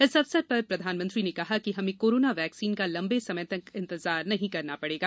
इस अवसर प्रधानमंत्री ने कहा कि हमे कोरोना वैक्सीन का लंबे समय तक इंतजार नहीं करना पड़ेगा